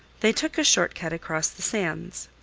they took a short cut across the sands.